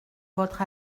votre